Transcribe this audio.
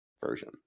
version